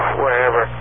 wherever